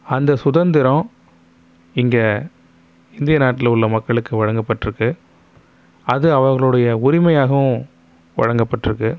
அந்த சுதந்திரம் இங்கே இந்திய நாட்டில் உள்ள மக்களுக்கு வழங்கபட்டிருக்கு அது அவர்களுடைய உரிமையாகவும் வழங்கப்பட்டிருக்கு